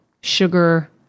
sugar